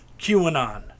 QAnon